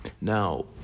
Now